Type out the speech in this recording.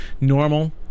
normal